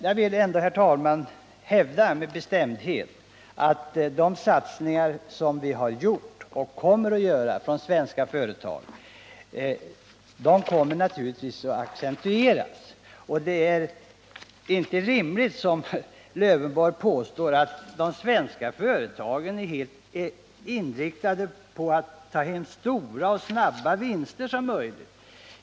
Jag vill ändå, herr talman, med bestämdhet hävda att de satsningar som har gjorts av svenska företag naturligtvis kommer att accelereras. Det är inte rimligt att som Alf Lövenborg påstå att de svenska företagen är helt inriktade på att ta hem så stora och snabba vinster som möjligt.